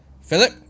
Philip